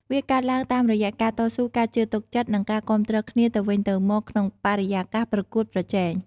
វាកើតឡើងតាមរយៈការតស៊ូ ការជឿទុកចិត្ត និងការគាំទ្រគ្នាទៅវិញទៅមកក្នុងបរិយាកាសប្រកួតប្រជែង។